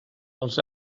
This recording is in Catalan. els